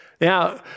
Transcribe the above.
Now